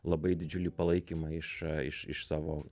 labai didžiulį palaikymą iš iš iš savo